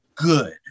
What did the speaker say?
good